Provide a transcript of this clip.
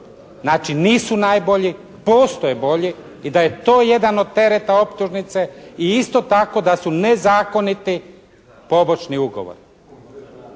Znači nisu najbolji. Postoje bolji. I da je to jedan od tereta optužnice i isto tako da su nezakoniti pobočni ugovori.